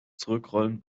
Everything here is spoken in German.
zurückrollen